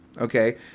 okay